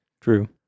True